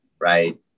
right